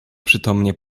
przytomnie